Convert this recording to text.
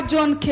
John